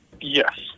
Yes